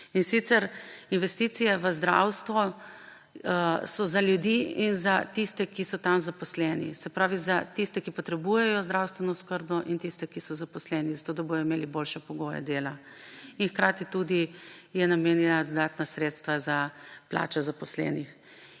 In sicer, investicije v zdravstvo so za ljudi in za tiste, ki so tam zaposleni. Se pravi za tiste, ki potrebujejo zdravstveno oskrbo, in tiste, ki so zaposleni, zato da bodo imeli boljše pogoje dela. Hkrati je namenila dodatna sredstva tudi za plače zaposlenih.